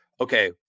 okay